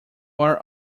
are